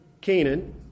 Canaan